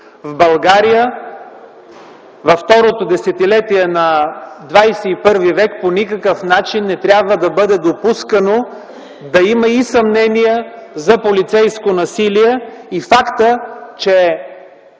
в България, във второто десетилетие на ХХІ век по никакъв начин не трябва да бъде допускано да има и съмнения за полицейско насилие. Фактът, че